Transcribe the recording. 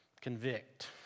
Convict